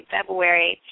February